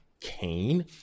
cain